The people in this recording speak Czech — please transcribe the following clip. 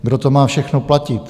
Kdo to má všechno platit?